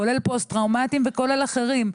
כולל פוסט טראומטיים וכולל אחרים.